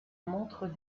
montrent